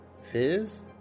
Fizz